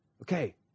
okay